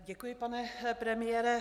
Děkuji, pane premiére.